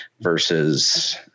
versus